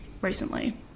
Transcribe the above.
recently